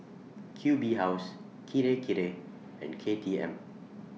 Q B House Kirei Kirei and K T M